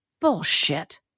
Bullshit